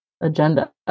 agenda